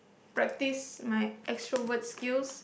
practice my extrovert skills